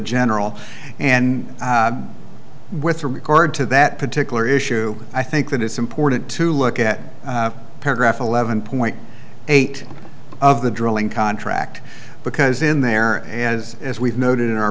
general and with regard to that particular issue i think that it's important to look at paragraph eleven point eight of the drilling contract because in there as as we've noted in our